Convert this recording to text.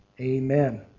Amen